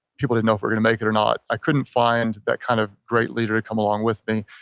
people didn't know if we were going to make it or not. i couldn't find that kind of great leader to come along with me.